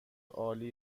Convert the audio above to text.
عالی